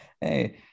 hey